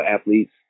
athletes